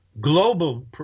global